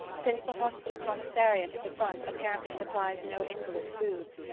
since the hospital commissariat of the front apparently supplies no invalid foods,